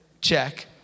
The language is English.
Check